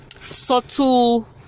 subtle